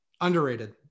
Underrated